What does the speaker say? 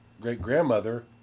great-grandmother